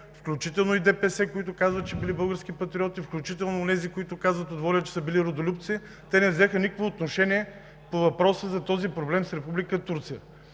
включително и ДПС, които казват, че били български патриоти, включително и онези от ВОЛЯ, които казват, че са били родолюбци – те не взеха никакво отношение по въпроса за проблема с Република